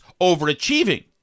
overachieving